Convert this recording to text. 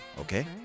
okay